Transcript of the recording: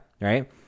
right